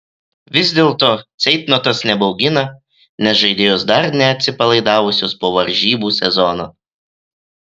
vis dėlto ceitnotas nebaugina nes žaidėjos dar neatsipalaidavusios po varžybų sezono